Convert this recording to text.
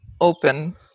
open